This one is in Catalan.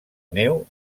neu